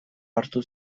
hartu